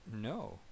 No